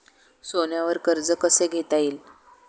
सोन्यावर कर्ज कसे घेता येईल?